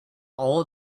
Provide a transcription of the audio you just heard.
all